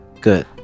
good